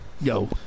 Yo